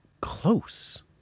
close